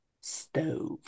stove